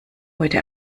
heute